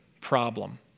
problem